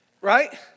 Right